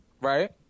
right